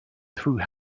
through